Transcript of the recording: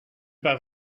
pas